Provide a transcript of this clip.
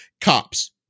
cops